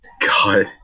God